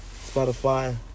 Spotify